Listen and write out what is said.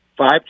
Five